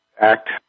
act